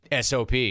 SOP